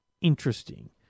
interesting